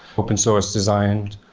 open source designed.